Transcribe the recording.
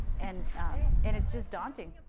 and um and it's just daunting.